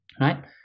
right